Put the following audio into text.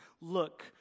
look